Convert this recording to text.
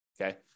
Okay